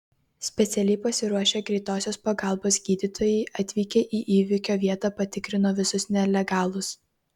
specialiai pasiruošę greitosios pagalbos gydytojai atvykę į įvykio vietą patikrino visus nelegalus